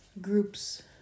groups